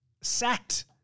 sacked